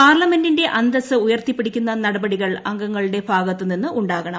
പാർലമെന്റിന്റെ അന്തസ് ഉയർത്തിപ്പിടിക്കുന്ന നടപടികൾ അംഗങ്ങളുടെ ഭാഗത്ത് നിന്നുണ്ടാകണം